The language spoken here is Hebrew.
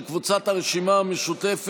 של חברי הכנסת איימן עודה,